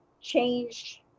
change